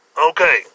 Okay